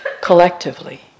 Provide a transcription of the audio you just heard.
collectively